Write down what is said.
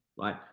right